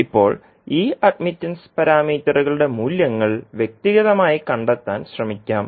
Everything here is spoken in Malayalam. ഇപ്പോൾ ഈ അഡ്മിറ്റൻസ് പാരാമീറ്ററുകളുടെ മൂല്യങ്ങൾ വ്യക്തിഗതമായി കണ്ടെത്താൻ ശ്രമിക്കാം